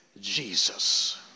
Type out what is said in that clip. Jesus